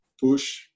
push